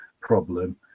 problem